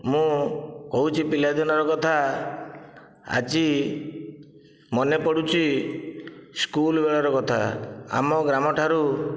ମୁଁ କହୁଛି ପିଲାଦିନର କଥା ଆଜି ମନେପଡ଼ୁଛି ସ୍କୁଲ ବେଳର କଥା ଆମ ଗ୍ରାମ ଠାରୁ